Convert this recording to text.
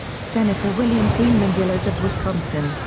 senator william freeman vilas of wisconsin,